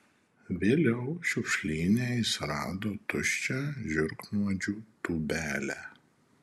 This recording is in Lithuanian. vėliau šiukšlyne jis rado tuščią žiurknuodžių tūbelę